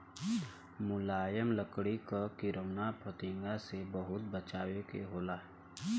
मुलायम लकड़ी क किरौना फतिंगा से बहुत बचावे के होला